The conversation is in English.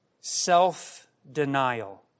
self-denial